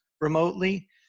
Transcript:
remotely